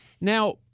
Now